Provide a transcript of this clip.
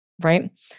right